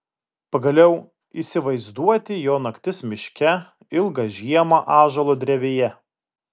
pagaliau įsivaizduoti jo naktis miške ilgą žiemą ąžuolo drevėje